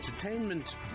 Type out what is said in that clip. Entertainment